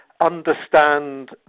understand